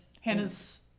Hannah's